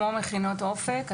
כמו מכינות אופק,